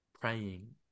praying